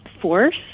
force